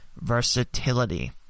versatility